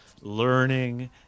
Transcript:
learning